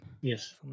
Yes